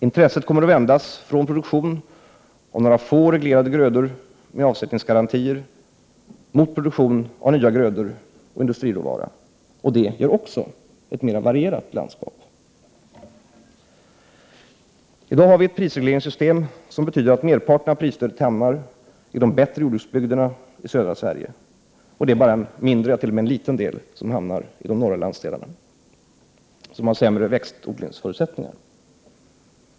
Intresset kommer att vändas från produktion av några få reglerade grödor med avsättningsgaranti till produktion av nya grödor och industriråvaror. Också detta leder till ett mer varierat landskap. Vi har i dag ett prisregleringssystem som medför att merparten av prisstödet hamnar i de goda jordbruksbygderna i södra Sverige. Det är bara en mindre del som hamnar i de norra landsdelarna, där man har sämre förutsättningar för växtodling.